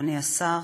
אדוני השר,